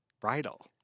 bridal